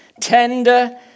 tender